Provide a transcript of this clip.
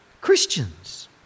Christians